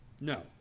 No